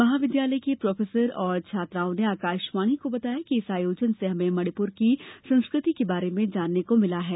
महाविद्यालय के प्रोफेसर और छात्राओं ने आकाशवाणी को बताया कि इस आयोजन से हमें मणिपुर की संस्कृति के बारे में जानने को मिला है